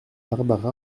barbara